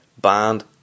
band